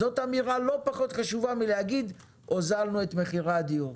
זאת אמירה לא פחות חשובה מלהגיד: הוזלנו את מחירי הדיור.